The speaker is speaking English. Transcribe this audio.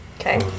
Okay